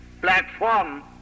platform